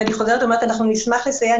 אני חוזרת ואומרת שאנחנו נשמח לסייע,